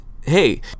hey